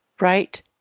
right